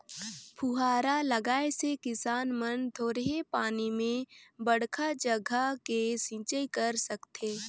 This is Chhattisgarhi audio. फुहारा लगाए से किसान मन थोरहें पानी में बड़खा जघा के सिंचई कर सकथें